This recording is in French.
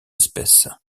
espèce